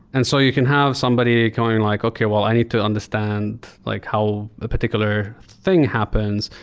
and so you can have somebody going like, okay. well, i need to understand like how a particular thing happens,